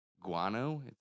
Guano